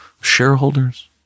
shareholders